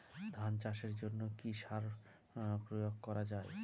ধান চাষের জন্য কি কি সার প্রয়োগ করা য়ায়?